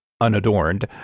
unadorned